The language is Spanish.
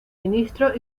ministros